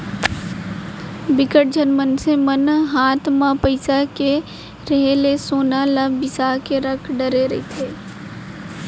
बिकट झन मनसे मन हात म पइसा के रेहे ले सोना ल बिसा के रख डरे रहिथे